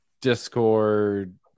Discord